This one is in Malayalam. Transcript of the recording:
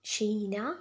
ഷീന